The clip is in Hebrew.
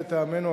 לטעמנו,